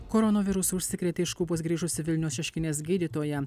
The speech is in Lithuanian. koronovirusu užsikrėtė iš kubos grįžusi vilniaus šeškinės gydytoja